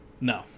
no